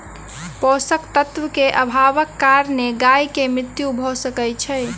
पोषक तत्व के अभावक कारणेँ गाय के मृत्यु भअ सकै छै